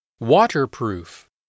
Waterproof